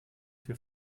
wir